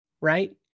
right